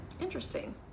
interesting